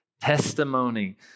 testimony